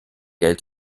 geld